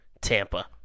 Tampa